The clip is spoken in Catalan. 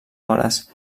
hores